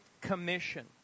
commission